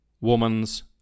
woman's